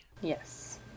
yes